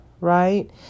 right